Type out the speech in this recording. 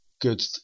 good